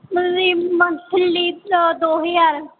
monthly ਦੋ ਹਜ਼ਾਰ